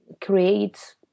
create